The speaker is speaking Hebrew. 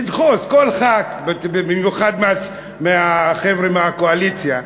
לדחוס, במיוחד מהחבר'ה מהקואליציה.